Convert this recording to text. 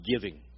giving